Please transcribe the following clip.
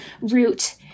root